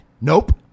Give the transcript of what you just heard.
Nope